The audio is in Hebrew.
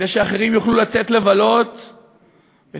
כדי שאחרים יוכלו לצאת לבלות בתל-אביב,